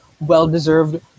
well-deserved